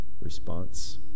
response